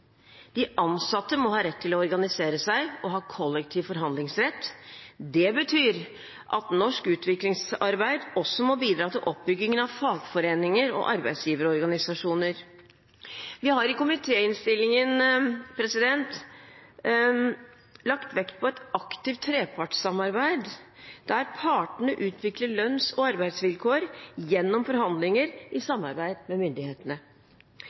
De ansatte må ha rett til å organisere seg og ha kollektiv forhandlingsrett. Det betyr at norsk utviklingsarbeid også må bidra til oppbyggingen av fagforeninger og arbeidsgiverorganisasjoner. Vi har i komitéinnstillingen lagt vekt på et aktivt trepartssamarbeid, der partene utvikler lønns- og arbeidsvilkår gjennom forhandlinger i samarbeid med myndighetene.